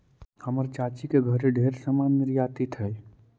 हमर चाची के घरे ढेर समान निर्यातित हई